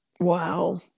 Wow